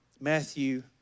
Matthew